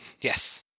Yes